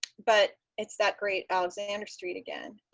but it's that great alexander street again.